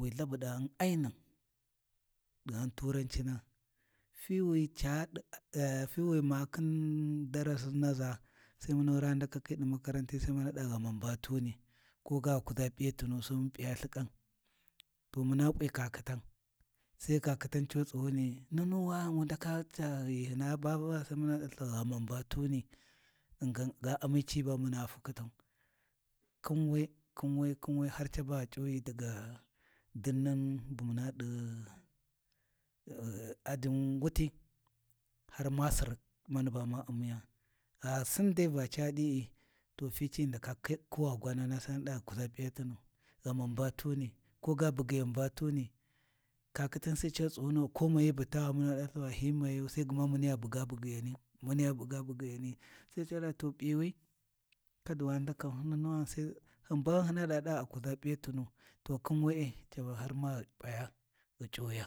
wi lhabuɗa ghin ainun ɗi ghan turancina fiwi ca ɗi fiwi makhin darasin naʒa, sai mun ra ndakakhi ɗi makarantai Sai muna da ghamman ba tuni, koga ghi kuʒa P’iyatinu sai mun P’iya lthikam, to muna kwi kakhitan sai kakhi tan cuu tsughuni nunuwa wu ndaka ca ghi hi ba Vuwa? Sai muna ɗalthi ghaman ba tuni, ghingin ga ami ci ba muna fakhitau. Khin we khin we khin we, har caba ghi c’uwi daga dinnan bu muna ɗi ajin wuti har masir mani ba ma U’miya, gha sin da va ca di’i to fici ghi ndaka kuwa gwanana, sai mun ɗa ghi kuʒa P’iyatunu, ghaman ba tuni ko ga bugyiyan ba tuni, kakhitan sai cu tsughuni, ko mayi butawa muno ɗalthi va hi mayayuu, sai gma muniya buga bugyiyani, muniya buga bugyiyani. Sai ca ɗa to P’iwi kadu wa ndakau nunuwani sai hin bahin hyina ɗa a kuʒa P’iatinu, to khin we’e caba ma har ghi P’aya ghi C’uwuya.